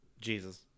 Jesus